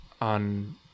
on